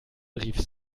rief